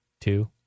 two